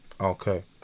Okay